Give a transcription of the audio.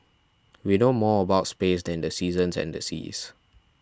we know more about space than the seasons and the seas